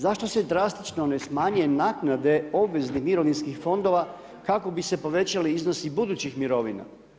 Zašto se drastično ne smanjuje naknade obveze mirovinskih fondova kako bi se povećali iznosi budućih mirovina?